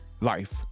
life